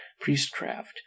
priestcraft